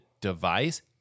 device